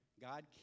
God